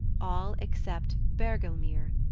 all except bergelmir,